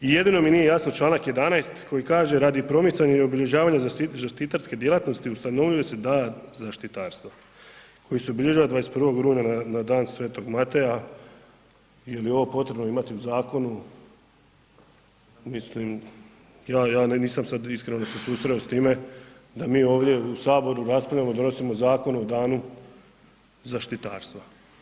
Jedino mi nije jasno Članak 11. koji kaže radi promicanja i obilježavanja zaštitarske djelatnosti ustanovljuje se da zaštitarstvo koje se obilježava 21. rujna na dan Sv. Mateja, je li ovo potrebno imati u zakonu, mislim, ja nisam sad iskreno se susreo s time da mi ovdje u saboru raspravljamo donosimo zakon o danu zaštitarstva.